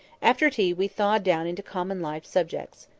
after tea we thawed down into common-life subjects.